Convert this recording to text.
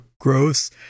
gross